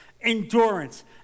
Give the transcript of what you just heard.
endurance